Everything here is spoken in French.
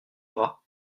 bras